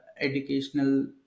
educational